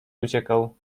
uciekał